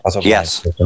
Yes